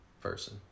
person